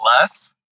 less